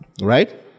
right